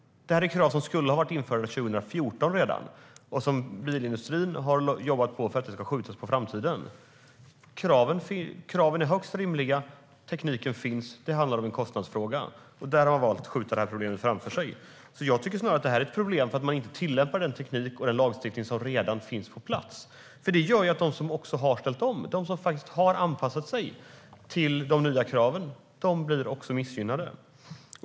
Det här är krav som skulle ha varit införda redan 2014, men bilindustrin har jobbat för att de ska skjutas på framtiden. Kraven är högst rimliga, och tekniken finns. Det är en kostnadsfråga. Därför har man valt att skjuta problemet framför sig. Det här är snarare ett problem, tycker jag, för att man inte tillämpar den teknik och den lagstiftning som redan finns på plats. Det gör ju att de som har ställt om, som faktiskt har anpassat sig till de nya kraven, blir missgynnade.